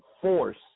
force